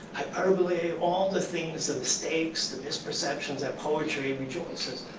hyperbole, all the things the mistakes, the misperceptions that poetry rejoices in,